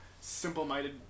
simple-minded